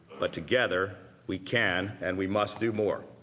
but together we can and we must do more.